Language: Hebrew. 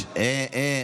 שמענו.